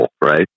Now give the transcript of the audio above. right